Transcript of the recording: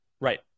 Right